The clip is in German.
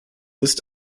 ist